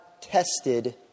tested